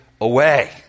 away